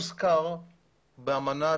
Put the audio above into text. ברשותכם,